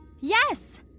Yes